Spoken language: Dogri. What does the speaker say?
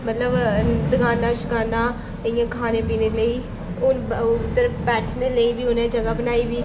मतलब दकानां शकानां इ'यां खाने पीने लेई हून उद्धर बैठने लेई बी उ'नें ज'गा बनाई दी